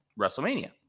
WrestleMania